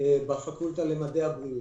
בפקולטה למדעי הבריאות.